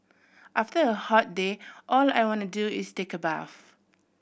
after a hot day all I want to do is take a bath